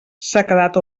sequedat